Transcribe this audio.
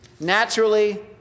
naturally